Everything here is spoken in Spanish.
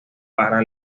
para